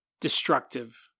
destructive